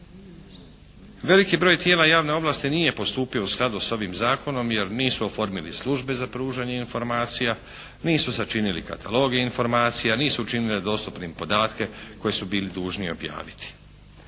Veliki broj tijela javne ovlasti nije postupio u skladu sa ovim zakonom jer nisu oformili službe za pružanje informacija, nisu sačinili katalog informacija, nisu učinile dostupnim podatke koji su bili dužni objaviti.